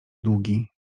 długi